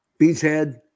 Beachhead